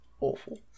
awful